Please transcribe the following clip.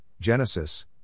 Genesis